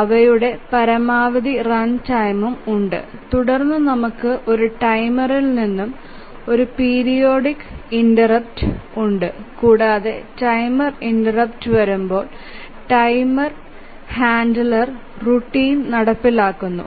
അവയുടെ പരമാവധി റൺടൈമും ഉണ്ട് തുടർന്ന് നമുക്ക് ഒരു ടൈമറിൽ നിന്ന് ഒരു പീരിയോഡിക് ഇന്ററപ്റ്റ് ഉണ്ട് കൂടാതെ ടൈമർ ഇന്ററപ്റ്റ് വരുമ്പോൾ ടൈമർ ഹാൻഡ്ലർ റൂട്ടീന് നടപ്പിലാക്കുന്നു